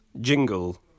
jingle